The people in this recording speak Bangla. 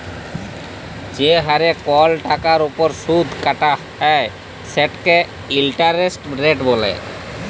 যে হারে কল টাকার উপর সুদ কাটা হ্যয় সেটকে ইলটারেস্ট রেট ব্যলে